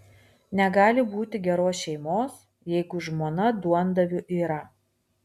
negali būti geros šeimos jeigu žmona duondaviu yra